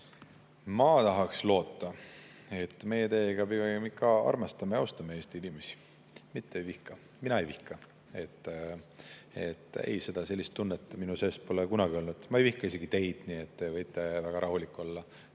Ma tahaks loota, et meie teiega ikka armastame ja austame Eesti inimesi, mitte ei vihka neid. Mina ei vihka. Ei, sellist tunnet pole minu sees kunagi olnud. Ma ei vihka isegi teid, nii et te võite väga rahulik olla.